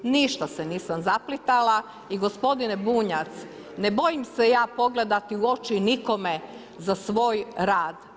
Ništa se nisam zaplitala i gospodine Bunjac ne bojim se ja pogledati u oči nikome za svoj rad.